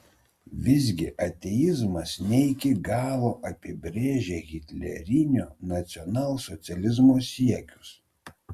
visgi ateizmas ne iki galo apibrėžia hitlerinio nacionalsocializmo siekius